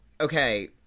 okay